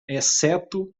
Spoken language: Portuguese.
exceto